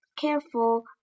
Careful